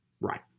right